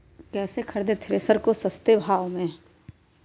कैसे खरीदे थ्रेसर को सस्ते भाव में?